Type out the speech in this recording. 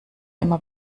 immer